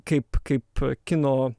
kaip kaip kino